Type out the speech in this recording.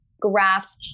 graphs